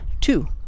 two